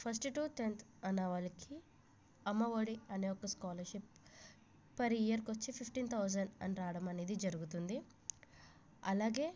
first to tenth అన్న వాళ్ళకి అమ్మ ఒడి అనే ఒక స్కాలర్షిప్ పర్ ఇయర్కి వచ్చి ఫిఫ్టీన్ థౌసండ్ అని రావడం అనేది జరుగుతుంది అలాగే